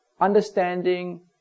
understanding